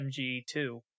MG2